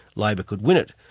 labor could win it.